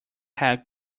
head